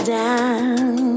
down